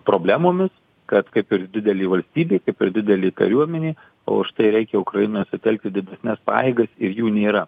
problemomis kad kaip ir didelė valstybė kaip ir didelė kariuomenė o štai reikia ukrainoje sutelkti didesnes pajėgas ir jų nėra